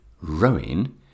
rowing